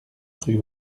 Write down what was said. rue